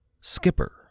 Skipper